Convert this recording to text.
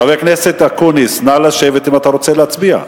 חבר הכנסת אקוניס, נא לשבת אם אתה רוצה להצביע.